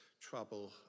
trouble